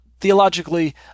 theologically